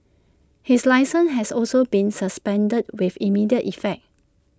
his licence has also been suspended with immediate effect